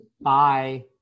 Bye